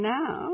now